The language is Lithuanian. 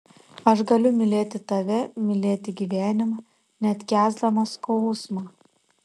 aš galiu mylėti tave mylėti gyvenimą net kęsdama skausmą